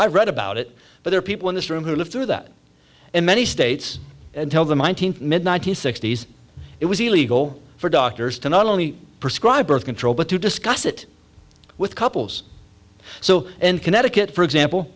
i read about it but there are people in this room who lived through that in many states until the mind mid one nine hundred sixty s it was illegal for doctors to not only prescribe birth control but to discuss it with couples so in connecticut for example